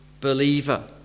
believer